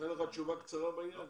אין לך תשובה קצרה בעניין?